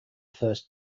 first